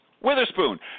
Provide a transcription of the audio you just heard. Witherspoon